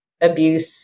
abuse